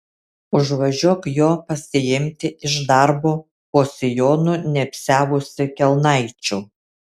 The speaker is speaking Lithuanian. užvažiuok jo pasiimti iš darbo po sijonu neapsiavusi kelnaičių